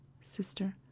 Sister